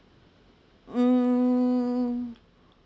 mm